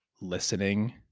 listening